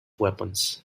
weapons